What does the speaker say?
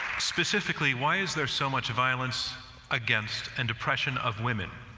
specifically, why is there so much violence against and opregs of women,